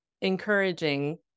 encouraging